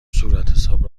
صورتحساب